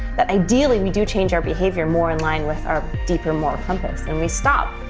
that ideally we do change our behaviour more in line with our deeper, more compass and we stop,